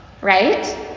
right